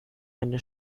eine